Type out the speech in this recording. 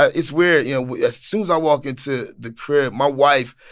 ah it's weird. you know, as soon as i walk into the crib, my wife,